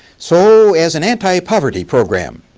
so as an anti-poverty program,